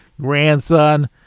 grandson